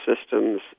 systems